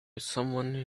someone